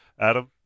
Adam